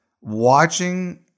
watching